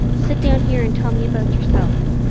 sit down here and tell me about yourself.